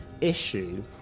issue